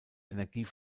energie